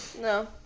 no